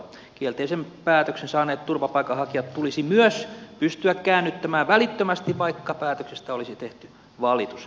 kielteisen päätöksen saaneet turvapaikanhakijat tulisi myös pystyä käännyttämään välittömästi vaikka päätöksestä olisi tehty valitus